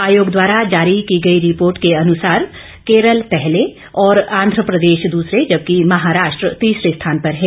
आयोग द्वारा जारी की गई रिपोर्ट के अनुसार केरल पहले और आंध्र प्रदेश दूसरे जबकि महाराष्ट्र तीसरे स्थान पर है